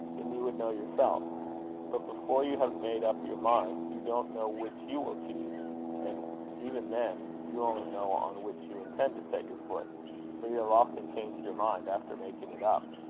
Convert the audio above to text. then you would know yourself but before you have made up your mind, you don't know which you will choose and even then you only know on which you intend to set your foot for you have often changed your mind after making it up.